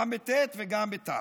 גם בטי"ת וגם בתי"ו.